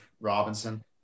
Robinson